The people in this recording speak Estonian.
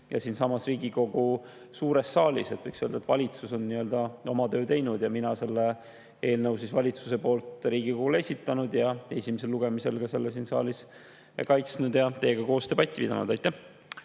ja siinsamas Riigikogu suures saalis. Võiks öelda, et valitsus on oma töö teinud ja mina olen selle eelnõu valitsuse poolt Riigikogule esitanud ja esimesel lugemisel selle siin saalis kaitsnud ja teiega koos debatti pidanud. Aitäh!